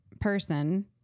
person